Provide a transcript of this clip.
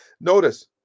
Notice